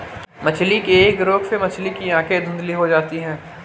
मछली के एक रोग से मछली की आंखें धुंधली हो जाती है